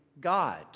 God